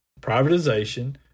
privatization